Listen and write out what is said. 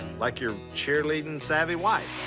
like your cheerleading-savvy wife.